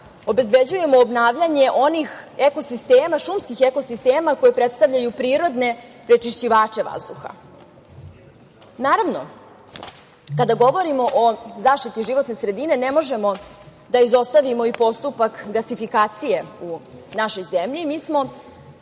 obezbeđujemo obnavljanje onih eko sistema, šumskih eko sistema koji predstavljaju prirodne prečišćivače vazduha. Kada govorimo o zaštiti životne sredine, ne možemo da izostavimo i postupak gasifikacije u našoj zemlji.